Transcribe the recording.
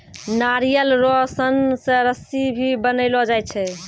नारियल रो सन से रस्सी भी बनैलो जाय छै